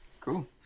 Cool